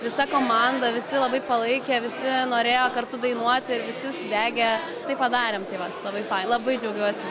visa komanda visi labai palaikė visi norėjo kartu dainuoti ir visi užsidegę tai padarėm tai vat labai faina labai džiaugiuosi